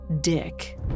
Dick